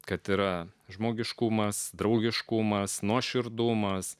kad yra žmogiškumas draugiškumas nuoširdumas